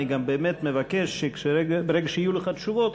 אני גם באמת מבקש שברגע שיהיו לך תשובות,